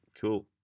Cool